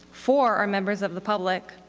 four are members of the public,